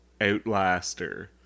outlaster